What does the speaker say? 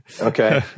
okay